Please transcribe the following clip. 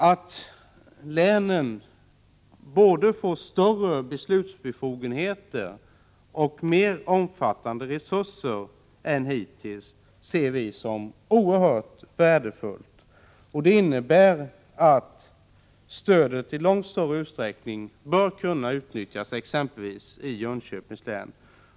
Att länen både får större beslutsbefogenheter och mer omfattande resurser än hittills ser vi som oerhört värdefullt. Det innebär att stödet i långt större utsträckning bör kunna utnyttjas exempelvis i Jönköpings län.